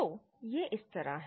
तो यह इस तरह है